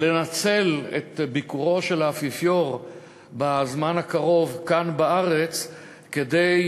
ולנצל את ביקורו של האפיפיור בזמן הקרוב כאן בארץ כדי